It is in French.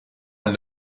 elle